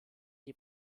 die